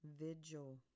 vigil